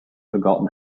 forgotten